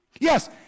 Yes